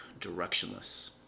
directionless